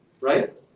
right